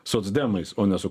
socdemais o ne su